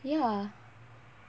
ya